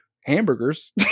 hamburgers